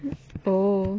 oh